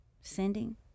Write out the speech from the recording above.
sending